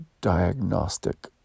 diagnostic